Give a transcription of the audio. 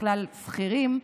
שכירים,